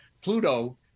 Pluto